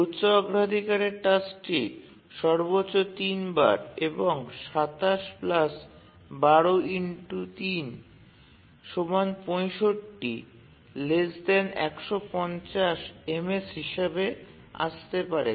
উচ্চ অগ্রাধিকারের টাস্কটি সর্বোচ্চ ৩ বার এবং ২৭১২৩৬৫১৫০ ms হিসাবে আসতে পারে